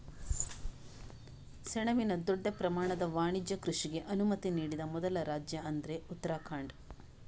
ಸೆಣಬಿನ ದೊಡ್ಡ ಪ್ರಮಾಣದ ವಾಣಿಜ್ಯ ಕೃಷಿಗೆ ಅನುಮತಿ ನೀಡಿದ ಮೊದಲ ರಾಜ್ಯ ಅಂದ್ರೆ ಉತ್ತರಾಖಂಡ